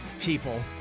people